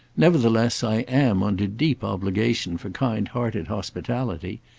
nevertheless i am under deep obligation for kind-hearted hospitality.